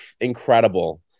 incredible